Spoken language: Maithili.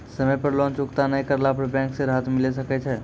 समय पर लोन चुकता नैय करला पर बैंक से राहत मिले सकय छै?